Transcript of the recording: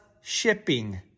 shipping